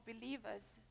believers